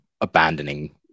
abandoning